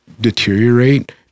deteriorate